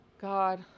God